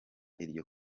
iryo